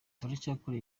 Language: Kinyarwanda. turacyakora